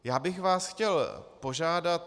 Já bych vás chtěl požádat.